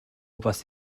бас